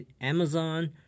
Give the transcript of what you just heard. Amazon